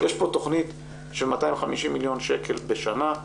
יש פה תכנית של 250 מיליון שקל בשנה,